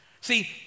See